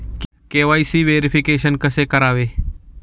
KYC verification कसे करावे?